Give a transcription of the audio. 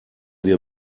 wir